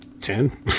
Ten